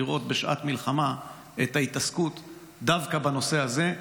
לראות בשעת מלחמה את ההתעסקות דווקא בנושא הזה.